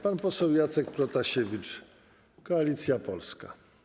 Pan poseł Jacek Protasiewicz, Koalicja Polska.